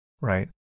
Right